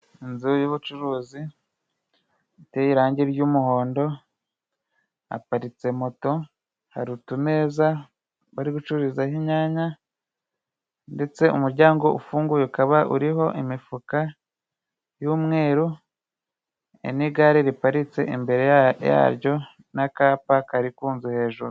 Inzu y'ubucuruzi iteye irangi ry'umuhondo, haparitse moto, hari utumeza bari gucururizaho inyanya, ndetse umuryango ufunguye ukaba uriho imifuka y'umweru n'igare riparitse imbere yaryo n'akapa kari ku nzu hejuru.